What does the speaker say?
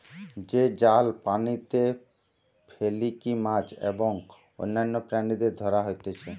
যে জাল পানিতে ফেলিকি মাছ এবং অন্যান্য প্রাণীদের ধরা হতিছে